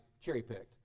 cherry-picked